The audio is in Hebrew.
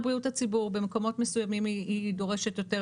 בריאות הציבור במקומות מסוימים היא דורשת יותר,